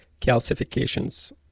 calcifications